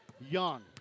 Young